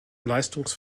leistungs